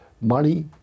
money